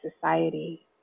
society